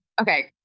Okay